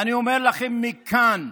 ואני אומר לכם מכאן: